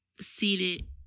Seated